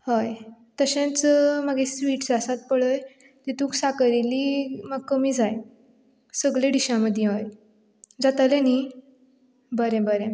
हय तशेंच म्हागे स्विट्स आसात पळय तितूंत साखर इल्ली म्हाका कमी जाय सगले डिशां मदी हय जातलें न्ही बरें बरें